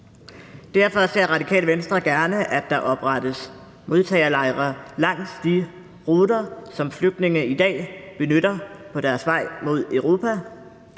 Derfor ser Radikale Venstre gerne, at der oprettes modtagelejre langs de ruter, som flygtninge i dag benytter på deres vej mod Europa.